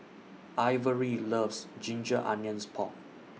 Ivory loves Ginger Onions Pork